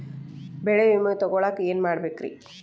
ಬೆಳೆ ವಿಮೆ ತಗೊಳಾಕ ಏನ್ ಮಾಡಬೇಕ್ರೇ?